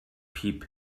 piep